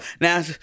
Now